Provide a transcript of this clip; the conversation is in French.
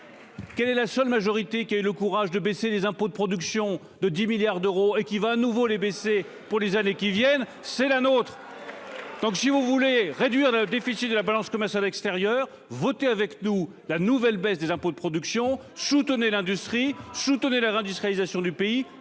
quelle est la seule majorité qui a eu le courage de baisser les impôts de production de 10 milliards d'euros et qui va à nouveau les baisser pour les années. Qui viennent, c'est la nôtre, donc si vous voulez réduire le déficit de la balance. Thomas à l'extérieur, voter avec nous la nouvelle baisse des impôts de production soutenez l'industrie soutenez la réindustrialisation du pays,